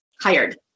hired